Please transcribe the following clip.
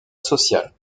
social